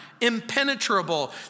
impenetrable